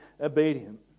obedient